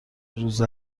روز